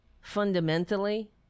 fundamentally